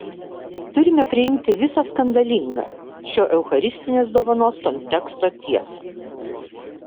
turime priimti visą skandalingą šio eucharistinės dovanos konteksto tiesą